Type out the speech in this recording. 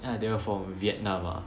ya they were from Vietnam ah